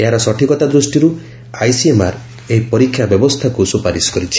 ଏହାର ସଠିକତା ଦୃଷ୍ଟିରୁ ଆଇସିଏମ୍ଆର୍ ଏହି ପରୀକ୍ଷା ବ୍ୟବସ୍ଥାକୁ ସୁପାରିଶ କରିଛି